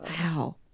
Wow